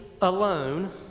alone